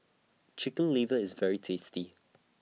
Chicken Liver IS very tasty